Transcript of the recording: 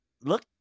look